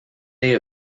day